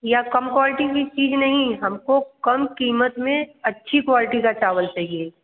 या कम क्वालिटी की चीज नहीं हमको कम कीमत में अच्छी क्वालिटी का चावल चाहिए